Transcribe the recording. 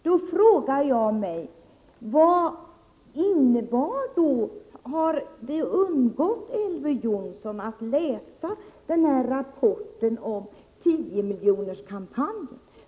Då frågar jag: Har inte Elver Jonsson läst rapporten om 10-miljonerskampanjen?